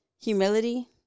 humility